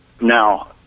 Now